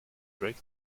break